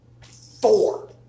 Four